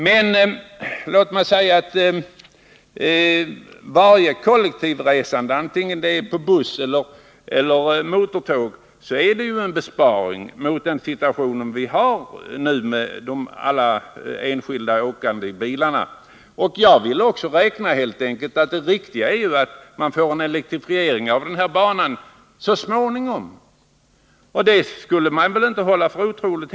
Men jag skulle vilja uttrycka det så att allt kollektivt resande, vare sig det sker med buss eller med motortåg, innebär en besparing i förhållande till det enskilda resandet med bil som vi nu har. Det riktiga är som jag ser det att så småningom inrikta sig på en elektrifiering av den här banan. Att det är en riktig investering borde man inte hålla för otroligt.